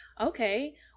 Okay